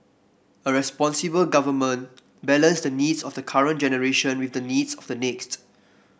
a responsible government balance the needs of the current generation with the needs of the next